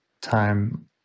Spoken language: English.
time